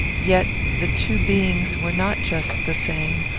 yet the two beings were not just the same,